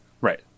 Right